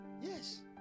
Yes